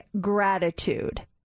gratitude